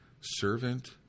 Servant